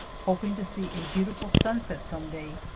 hoping to see a beautiful sunset some day.